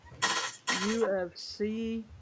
UFC